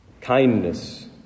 kindness